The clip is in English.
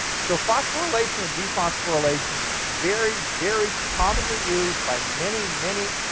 so phosphorylation and dephosphorylation, very, very commonly used by many, many